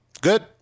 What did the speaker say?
Good